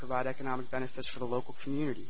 provide economic benefits for the local community